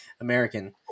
American